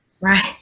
Right